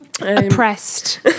oppressed